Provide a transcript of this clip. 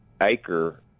Acre